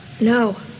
No